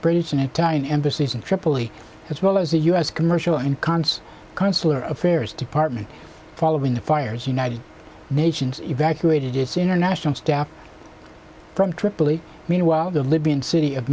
british and italian embassies in tripoli as well as the u s commercial and cons consular affairs department following the fires united nations evacuated its international staff from tripoli meanwhile the libyan city of